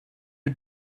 you